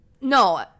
No